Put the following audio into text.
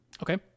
Okay